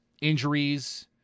injuries